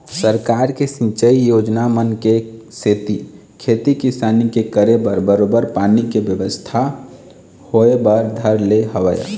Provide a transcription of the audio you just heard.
सरकार के सिंचई योजना मन के सेती खेती किसानी के करे बर बरोबर पानी के बेवस्था होय बर धर ले हवय